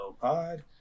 Pod